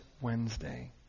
Wednesday